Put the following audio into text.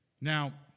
Now